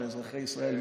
ואזרחי ישראל,